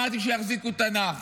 אמרתי: שיחזיקו תנ"ך.